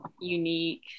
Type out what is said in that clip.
unique